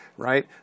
Right